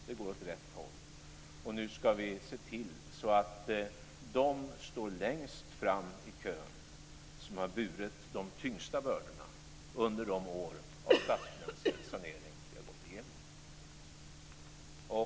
Det går åt rätt håll. Nu skall vi se till så att de står längst fram i kön som har burit de tyngsta bördorna under de år av statsfinansiell sanering som vi har gått igenom.